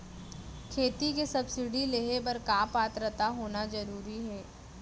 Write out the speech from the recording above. खेती के सब्सिडी लेहे बर का पात्रता होना जरूरी हे?